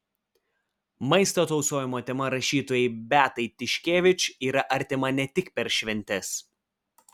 maisto tausojimo tema rašytojai beatai tiškevič yra artima ne tik per šventes